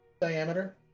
diameter